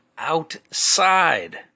outside